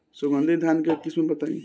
सुगंधित धान के किस्म बताई?